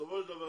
בסופו של דבר,